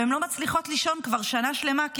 והן לא מצליחות לישון כבר שנה שלמה כי